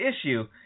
issue